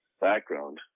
background